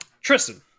Tristan